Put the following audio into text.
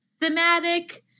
thematic